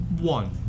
One